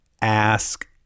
ask